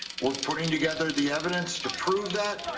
we're putting together the evidence. to prove that.